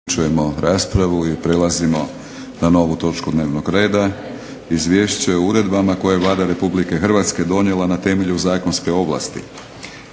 Milorad (HNS)** i prelazimo na novu točku dnevnog reda - Izvješće o uredbama koje je Vlada Republike Hrvatske donijela na temelju zakonske ovlasti.